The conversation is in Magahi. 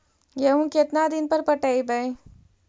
गेहूं केतना दिन पर पटइबै?